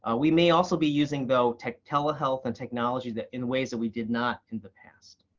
ah we may also be using, though, telehealth and technology that in ways that we did not in the past.